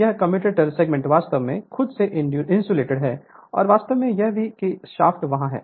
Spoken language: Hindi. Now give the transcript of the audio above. यह कम्यूटेटर सेगमेंट वास्तव में खुद से इंसुलेटेड है और वास्तव में यह है कि शाफ्ट वहाँ है